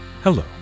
Hello